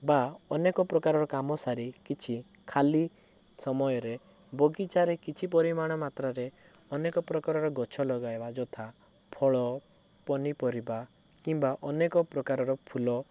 ବା ଅନେକ ପ୍ରକାରର କାମ ସାରି କିଛି ଖାଲି ସମୟରେ ବଗିଚାରେ କିଛି ପରିମାଣ ମାତ୍ରାରେ ଅନେକ ପ୍ରକାରର ଗଛ ଲଗାଇବା ଯଥା ଫଳ ପନିପରିବା କିମ୍ବା ଅନେକ ପ୍ରକାରର ଫୁଲ